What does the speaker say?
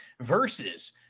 versus